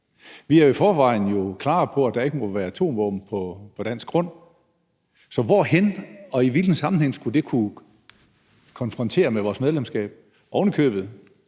Vi er jo i forvejen klare på, at der ikke må være atomvåben på dansk grund, så hvorhenne og i hvilken sammenhæng skulle det være i konflikt med vores medlemskab, når